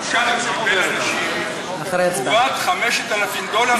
שהמנכ"ל קיבל אנשים תמורת 5,000 דולר שהוא קיבל.